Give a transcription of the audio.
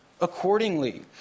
Accordingly